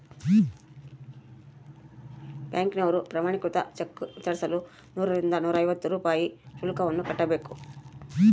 ಬ್ಯಾಂಕಿನವರು ಪ್ರಮಾಣೀಕೃತ ಚೆಕ್ ವಿತರಿಸಲು ನೂರರಿಂದ ನೂರೈವತ್ತು ರೂಪಾಯಿ ಶುಲ್ಕವನ್ನು ಕಟ್ಟಬೇಕು